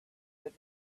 that